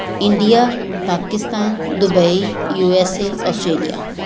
India Pakistan Dubai USA Australia